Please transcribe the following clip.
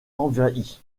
envahi